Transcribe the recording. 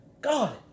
God